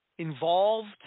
Involved